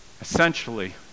Essentially